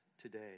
today